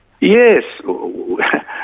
Yes